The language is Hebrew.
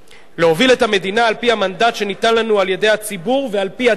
להוביל את המדינה על-פי המנדט שניתן לנו על-ידי הציבור ועל-פי הדרך.